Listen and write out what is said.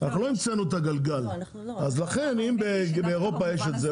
אנחנו לא המצאנו את הגלגל ולכן אם באירופה יש את זה,